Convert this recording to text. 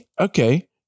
Okay